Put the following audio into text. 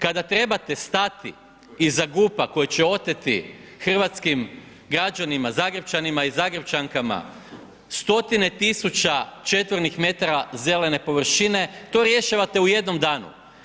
Kada trebate stati iza GUP-a koji će oteti hrvatskim građanima, Zagrepčanima i Zagrepčankama stotine tisuća četvornih metara zelene površine, to rješavate u jednom danu.